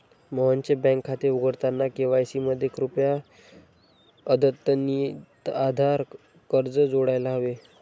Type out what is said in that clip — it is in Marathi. मोहनचे बँक खाते उघडताना के.वाय.सी मध्ये कृपया अद्यतनितआधार कार्ड जोडायला हवे